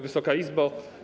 Wysoka Izbo!